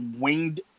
winged